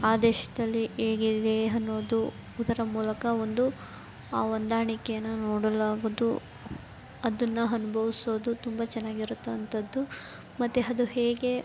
ಆ ದೇಶದಲ್ಲಿ ಹೇಗಿದೆ ಅನ್ನೋದು ಇದರ ಮೂಲಕ ಒಂದು ಆ ಹೊಂದಾಣಿಕೆನ ನೋಡಲಾಗೋದು ಅದನ್ನು ಅನ್ಭವಿಸೋದು ತುಂಬ ಚೆನ್ನಾಗಿರುತ್ತಂತದು ಮತ್ತೆ ಅದು ಹೇಗೆ